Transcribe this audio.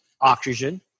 oxygen